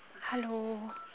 hello